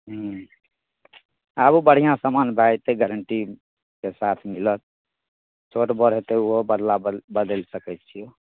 हुँ आबू बढ़िआँ समान भए जएतै गारन्टीके साथ मिलत छोट बड़ हेते ओहो बदला बदलि सकै छिए